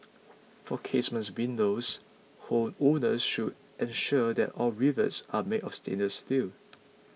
for casement windows homeowners should ensure that all rivets are made of stainless steel